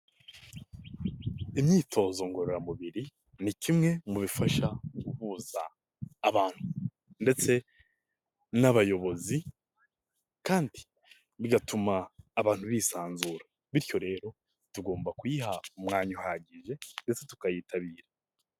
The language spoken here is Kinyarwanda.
Imyitozo ngororamubiri ni kimwe mu bifasha mu guhuza abantu ndetse n'abayobozi kandi bigatuma abantu bisanzura bityo rero tugomba kuyiha umwanya uhagije ndetse tukayitabira.